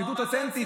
יהדות אותנטית.